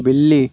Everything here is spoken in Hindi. बिल्ली